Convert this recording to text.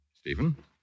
Stephen